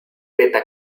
beta